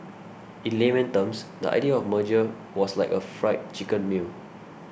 in layman terms the idea of merger was like a Fried Chicken meal